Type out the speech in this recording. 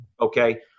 okay